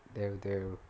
தேவ தேவ:theva theva